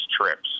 trips